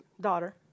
daughter